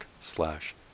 slash